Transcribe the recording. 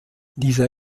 dieser